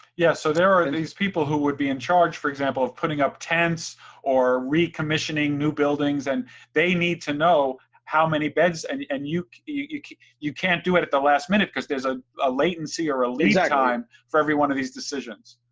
yes, so there are these people who would be in charge for example of putting up tents or recommissioning new buildings, and they need to know how many beds, and and you you can't do it at the last minute cause there's ah a latency or a lead yeah time exactly. for every one of these decisions.